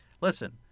Listen